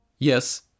Yes